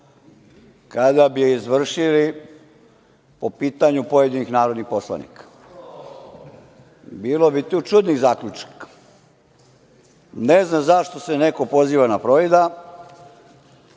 kada bi je izvršili po pitanju pojedinih narodnih poslanika. Bilo bi tu čudnih zaključaka. Ne znam zašto se neko poziva na Frojda,